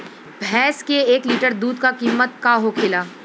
भैंस के एक लीटर दूध का कीमत का होखेला?